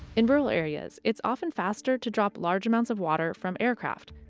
in rural areas, it's often faster to drop large amounts of water from aircraft,